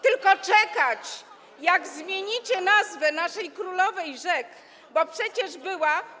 Tylko czekać, jak zmienicie nazwę naszej królowej rzek, bo przecież była.